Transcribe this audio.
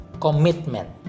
commitment